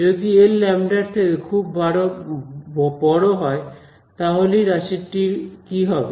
যদি L lambda λ র থেকে খুব বড় হয় তাহলেই রাশিটির কি হবে